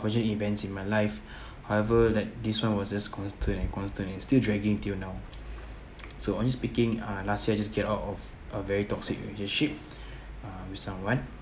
~fortunate events in my life however like this [one] was just constant and constant and still dragging till now so only speaking uh last year I just get out of a very toxic relationship uh with someone